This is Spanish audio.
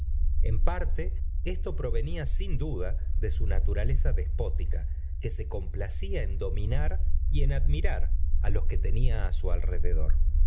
en parte esto provenía sin duda de su naturaleza despótica que se complacía en dominar y en admirar á los que tenía a bu alrededor